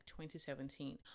2017